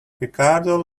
ricardo